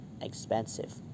expensive